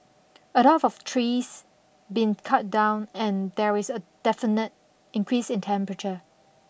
a lot of trees been cut down and there is a definite increase in temperature